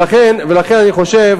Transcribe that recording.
ולכן אני חושב,